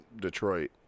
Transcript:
Detroit